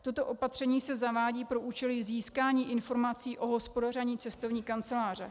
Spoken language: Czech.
Toto opatření se zavádí pro účely získání informací o hospodaření cestovní kanceláře.